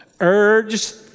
urged